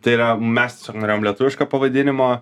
tai yra mes norėjome lietuviško pavadinimo